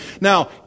Now